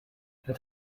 het